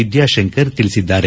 ವಿದ್ಯಾಶಂಕರ್ ತಿಳಿಸಿದ್ದಾರೆ